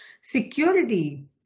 security